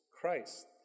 Christ